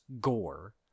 gore